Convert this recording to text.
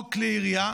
חוק כלי הירייה.